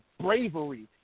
bravery